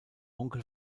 onkel